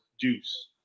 juice